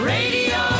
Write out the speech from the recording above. Radio